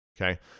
Okay